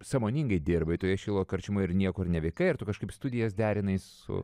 sąmoningai dirbai toje šilo karčiamoje ir niekur nevykai ar tu kažkaip studijas derinai su